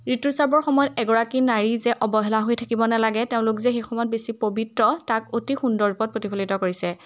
ঋতুস্ৰাৱৰ সময়ত এগৰাকী নাৰী যে অৱহেলা হৈ থাকিব নালাগে তেওঁলোক যে সেই সময়ত বেছি পৱিত্ৰ তাক অতি সুন্দৰ ৰূপত প্ৰতিফলিত কৰিছে